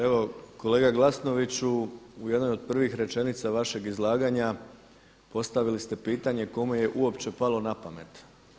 Evo kolega Glasnoviću, u jednoj od prvih rečenica vašeg izlaganja postavili ste pitanje kome je uopće palo na pamet?